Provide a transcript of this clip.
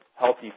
healthy